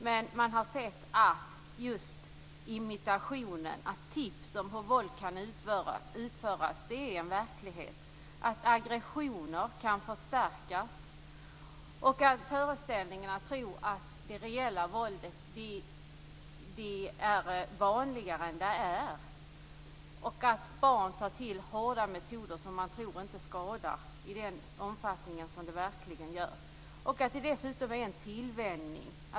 Men man har sett att just imitationen, tips om hur våld kan utföras, är en verklighet, att aggressioner kan förstärkas, att man tror att det reella våldet är vanligare än det är och att barn tar till hårda metoder, som man tror inte skadar, i den omfattning som de verkligen gör. Dessutom är det en tillvänjning.